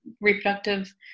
reproductive